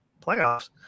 Playoffs